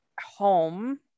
home